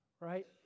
Right